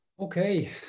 Okay